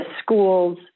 schools